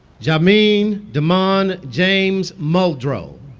jamean demon james muldrow